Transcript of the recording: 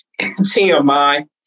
TMI